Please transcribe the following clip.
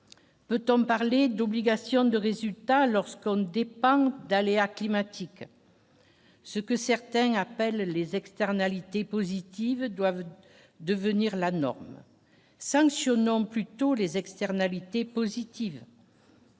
Peut-on parler d'obligation de résultat lorsqu'on dépend d'aléas climatiques. Ce que certains appellent les externalités positives doivent devenir la norme sanctionnant plutôt les externalités positives.